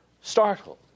startled